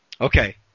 okay